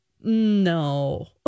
No